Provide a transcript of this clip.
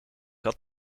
had